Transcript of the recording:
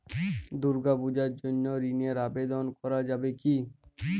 দুর্গাপূজার জন্য ঋণের আবেদন করা যাবে কি?